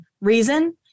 Reason